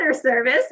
service